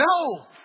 no